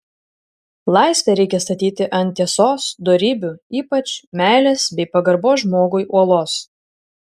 laisvę reikia statyti ant tiesos dorybių ypač meilės bei pagarbos žmogui uolos